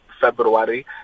February